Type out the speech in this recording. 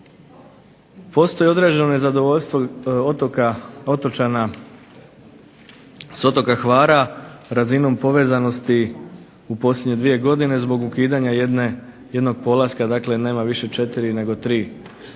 Postoji određeno nezadovoljstvo otočana s otoka Hvara razinom povezanosti u posljednje dvije godine zbog ukidanja jednog polaska. Dakle, nema više 4 nego 3